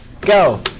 Go